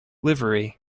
livery